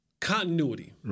continuity